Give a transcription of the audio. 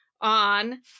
on